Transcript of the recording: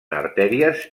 artèries